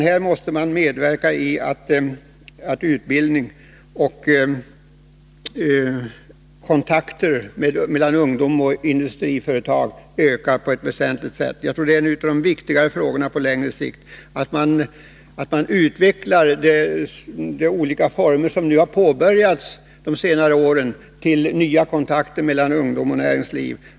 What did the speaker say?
Här måste man medverka till att ungdomarnas utbildning och kontakterna mellan ungdomarna och industriföretagen förbättras väsentligt. Detta är på längre sikt är en av de viktiga frågorna. Vad som har påbörjats under de senaste åren på detta område bör utvecklas, så att det blir ännu fler kontakter mellan ungdomarna och näringslivet.